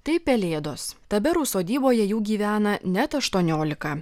tai pelėdos taberų sodyboje jų gyvena net aštuoniolika